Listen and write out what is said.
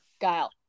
Guile